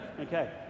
okay